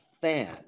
fan